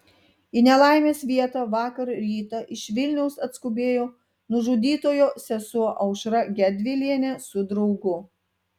į nelaimės vietą vakar rytą iš vilniaus atskubėjo nužudytojo sesuo aušra gedvilienė su draugu